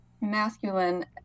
masculine